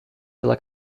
pela